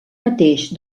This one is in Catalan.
mateix